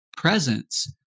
Presence